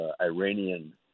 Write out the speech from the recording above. Iranian